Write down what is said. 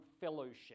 fellowship